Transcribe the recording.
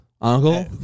Uncle